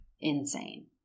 insane